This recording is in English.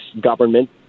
government